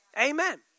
Amen